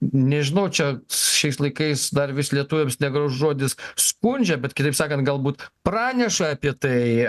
nežinau čia šiais laikais dar vis lietuviams negražus žodis skundžia bet kitaip sakant galbūt praneša apie tai